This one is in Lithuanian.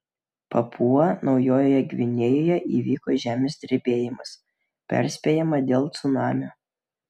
papua naujojoje gvinėjoje įvyko žemės drebėjimas perspėjama dėl cunamio